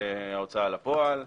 הוצאה לפועל,